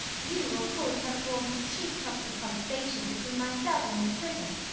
you of course have formed the chief topic of conversation between myself and miss prism.